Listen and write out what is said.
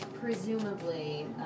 presumably